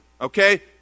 okay